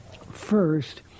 First